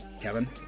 Kevin